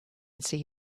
see